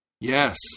Yes